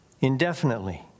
Indefinitely